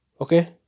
Okay